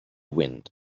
wind